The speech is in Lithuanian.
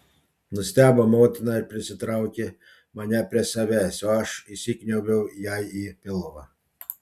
nustebo motina ir prisitraukė mane prie savęs o aš įsikniaubiau jai į pilvą